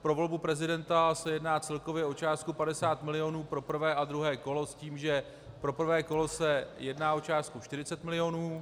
Pro volbu prezidenta se jedná celkově o částku 50 milionů pro prvé a druhé kolo s tím, že pro prvé kolo se jedná o částku 40 milionů.